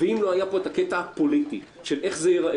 אם לא היה פה את הקטע הפוליטי של איך זה ייראה